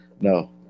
no